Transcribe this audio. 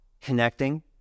connecting